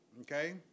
okay